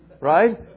right